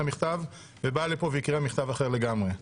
המכתב ובאה לפה והקריאה מכתב אחר לגמרי.